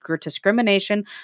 discrimination